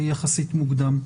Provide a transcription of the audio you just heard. יחסית מוקדם.